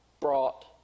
brought